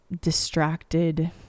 distracted